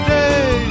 day